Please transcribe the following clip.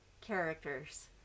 characters